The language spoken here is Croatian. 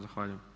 Zahvaljujem.